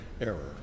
error